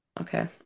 Okay